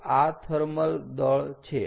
તો આ થર્મલ દળ છે